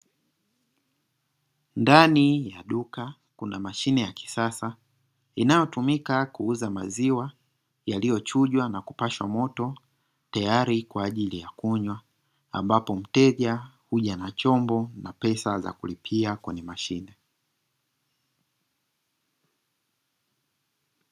Ndani ya duka kuna mashine ya kisasa inayotumika kuuza maziwa yaliyochujwa na kupashwa moto, tayari kwa ajili ya kunywa ambapo mteja huja na chombo na pesa za kulipia kwenye mashine.